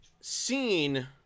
seen